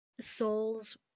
souls